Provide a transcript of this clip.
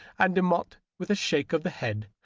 and demotte, with a shake of the head,